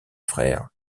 frère